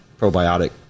probiotic